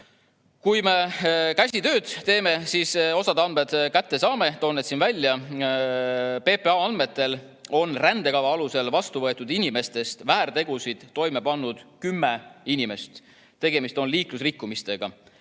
Kui me käsitööd teeme, siis saame osa andmeid kätte. Toon need siinkohal ära. PPA andmetel on rändekava alusel vastu võetud inimestest väärtegusid toime pannud kümme. Tegemist on liiklusrikkumistega.